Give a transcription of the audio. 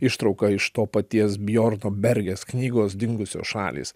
ištrauką iš to paties bjorno bergės knygos dingusios šalys